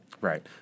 Right